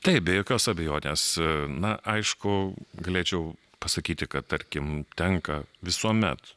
taip be jokios abejonės na aišku galėčiau pasakyti kad tarkim tenka visuomet